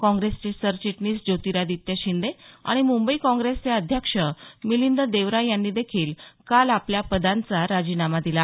काँग्रेसचे सरचिटणीस ज्योतिरादित्य शिंदे आणि मुंबई काँग्रेसचे अध्यक्ष मिलिंद देवरा यांनीदेखील काल आपल्या पदांचा राजीनामा दिला